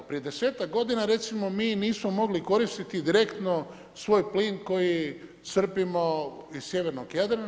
Prije desetak godina recimo mi nismo mogli koristiti direktno svoj plin koji crpimo iz sjevernog Jadrana.